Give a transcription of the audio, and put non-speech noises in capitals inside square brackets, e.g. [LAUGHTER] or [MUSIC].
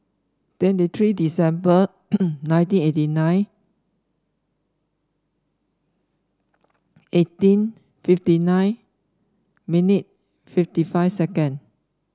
twenty three December [NOISE] nineteen eighty nine eighteen fifty nine minute fifty five second